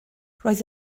roedd